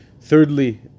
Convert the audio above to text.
Thirdly